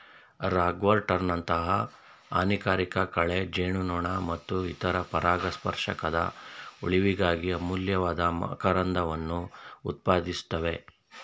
ರಾಗ್ವರ್ಟ್ನಂತಹ ಹಾನಿಕಾರಕ ಕಳೆ ಜೇನುನೊಣ ಮತ್ತು ಇತರ ಪರಾಗಸ್ಪರ್ಶಕದ ಉಳಿವಿಗಾಗಿ ಅಮೂಲ್ಯವಾದ ಮಕರಂದವನ್ನು ಉತ್ಪಾದಿಸ್ತವೆ